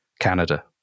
Canada